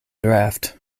draft